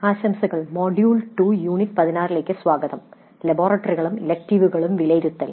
ആശംസകൾ module 2 unit 16 ലേക്ക് സ്വാഗതം ലബോറട്ടറികളും ഇലക്ടീവുകളും വിലയിരുത്തൽ